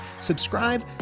subscribe